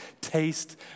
taste